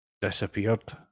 disappeared